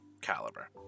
caliber